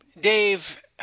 Dave –